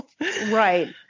Right